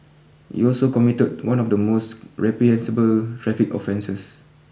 you also committed one of the most reprehensible traffic offences